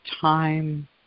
time